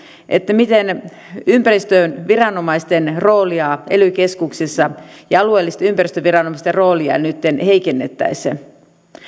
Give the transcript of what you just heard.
miten ympäristöviranomaisten roolia ely keskuksissa ja alueellisten ympäristöviranomaisten roolia nytten heikennettäisiin